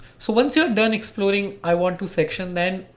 so once you're done exploring i want to section then,